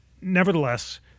Nevertheless